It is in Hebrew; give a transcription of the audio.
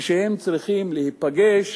ושהם צריכים להיפגש